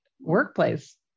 workplace